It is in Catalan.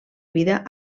vida